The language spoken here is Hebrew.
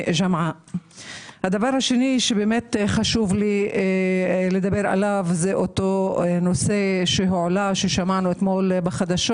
הדבר השני שחשוב לי לדבר עליו הוא הנושא שהועלה ששמענו אתמול בחדשות.